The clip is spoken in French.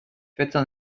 faites